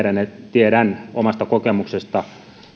tiedän omasta kokemuksestani